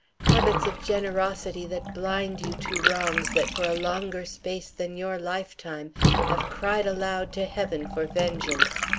habits of generosity that blind you to wrongs that for a longer space than your lifetime have cried aloud to heaven for vengeance.